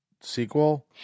sequel